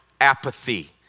Apathy